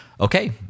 okay